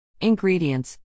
Ingredients